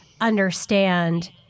understand